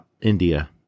India